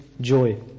joy